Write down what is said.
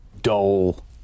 Dole